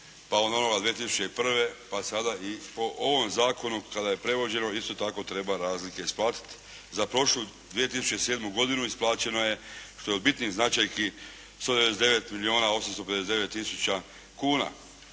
pa do onoga 2001. pa sada i po ovom zakonu kada je prevođeno, isto tako treba razlike isplatiti. Za prošlu 2007. godinu isplaćeno je što je od bitnih značajki 199 milijuna